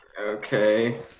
Okay